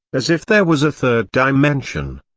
as if there was a third dimension.